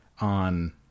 on